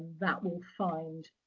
that will find